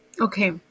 Okay